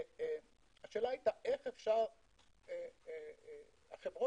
השאלה היתה חברות